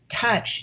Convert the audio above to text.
touch